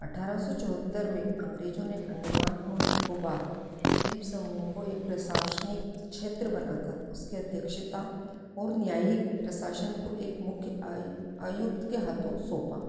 अठारह सौ चौहत्तर में अंग्रेज़ों ने अंडमान और निकोबार द्वीप समूह को एक प्रशासनिक क्षेत्र बनाकर उसकी अध्यक्षता और न्यायिक प्रशासन को एक मुख्य आयुक्त के हाथों सौंपा